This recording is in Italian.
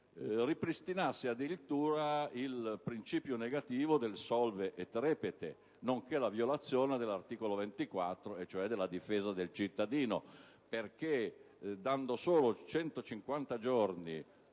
ripristinasse addirittura il principio negativo del *solve et repete* e prefigurasse la violazione dell'articolo 24, cioè della difesa del cittadino, perché concedendo solo 150 giorni